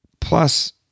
Plus